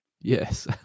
Yes